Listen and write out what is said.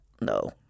no